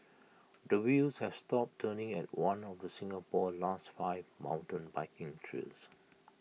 the wheels have stopped turning at one of Singapore's last five mountain biking trails